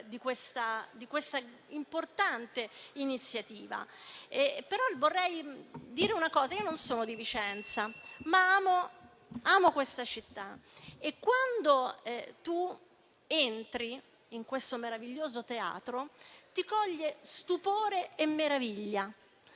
di questa importante iniziativa. Però vorrei dire una cosa: io non sono di Vicenza, ma amo questa città e quando si entra in questo meraviglioso teatro si viene colti da stupore e meraviglia,